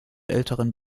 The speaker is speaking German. älteren